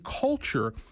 culture